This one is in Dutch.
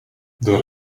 door